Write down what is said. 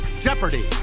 Jeopardy